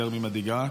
יותר ממדאיגה.